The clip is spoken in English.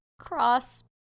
cross